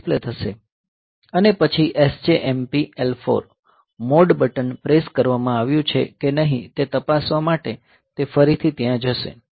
અને પછી SJMP L4 mode button press કરવામાં આવ્યું છે કે નહીં તે તપાસવા માટે તે ફરીથી ત્યાં જશે